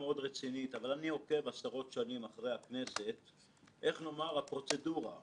זה מה שיקרה לדוח הזה בגלל שלא יצרתם מצב שבו